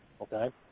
okay